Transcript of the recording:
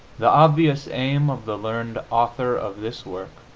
the obvious aim of the learned author of this work